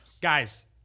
Guys